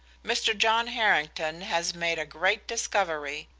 mr. john harrington has made a great discovery.